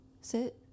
sit